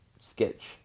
sketch